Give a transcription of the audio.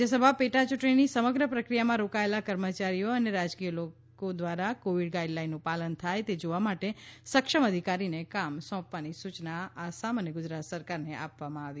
રાજ્યસભા પેટા ચૂંટણીની સમગ્ર પ્રક્રિયામાં રોકાયેલા કર્મચારીઓ અને રાજકીય લોકો દ્વારા કોવિડ ગાઈડ લાઈનનું પાલન થાય તે જોવા માટે સક્ષમ અધિકારીને કામ સોંપવાની સૂચના આસામ અને ગુજરાત સરકારને આપવામાં આવી છે